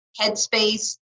headspace